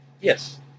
yes